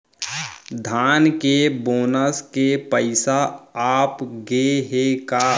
धान के बोनस के पइसा आप गे हे का?